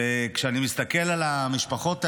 כשאני מסתכל על המשפחות האלה,